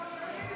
על ההצבעה השמית?